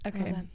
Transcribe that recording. okay